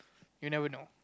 you never know